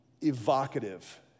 evocative